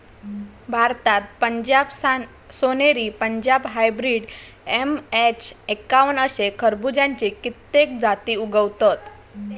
भारतात पंजाब सोनेरी, Punjab hybrid, MH एक्कावन्न अशे खरबुज्याची कित्येक जाती उगवतत